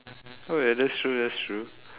oh ya that's true that's true